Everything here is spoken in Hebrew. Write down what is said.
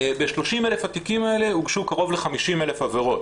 ב- 30,000 התיקים האלה הוגשו קרוב ל- 50,000 עבירות,